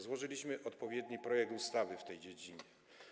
Złożyliśmy odpowiedni projekt ustawy w tej dziedzinie.